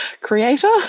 creator